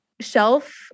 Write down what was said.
shelf